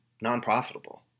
non-profitable